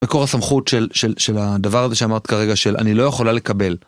מקור הסמכות של הדבר הזה שאמרת כרגע של אני לא יכולה לקבל.